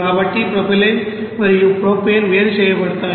కాబట్టి ప్రొపైలీన్ మరియు ప్రొపేన్ వేరు చేయబడతాయి